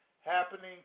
happening